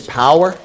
power